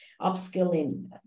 upskilling